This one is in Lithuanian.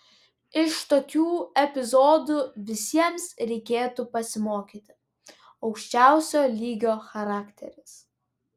iš tokių epizodų visiems reikėtų pasimokyti aukščiausio lygio charakteris